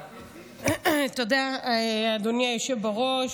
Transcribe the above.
תודה, אדוני היושב בראש.